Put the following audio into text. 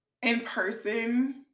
in-person